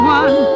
one